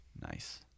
Nice